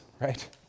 right